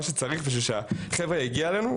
שצריך בשביל שהחברה האלה יגיעו אלינו,